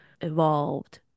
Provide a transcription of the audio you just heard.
evolved